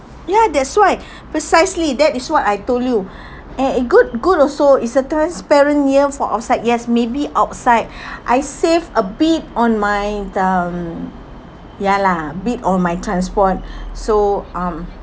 ya that's why precisely that is what I told you and a good good also is a transparent year for outside yes maybe outside I save a bit on my (um)y a lah a bit on my transport so um